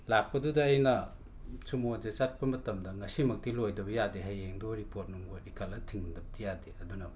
ꯂꯥꯛꯄꯗꯨꯗ ꯑꯩꯅ ꯁꯨꯃꯣꯟꯁꯦ ꯆꯠꯄ ꯃꯇꯝꯗ ꯉꯁꯤꯃꯛꯇꯤ ꯂꯣꯏꯗꯕ ꯌꯥꯗꯦ ꯍꯌꯦꯡꯗꯣ ꯔꯤꯄꯣꯠ ꯅꯨꯡꯕꯣꯠ ꯏꯈꯠꯂ ꯊꯤꯟꯗꯕꯗꯤ ꯌꯥꯗꯦ ꯑꯗꯨꯅ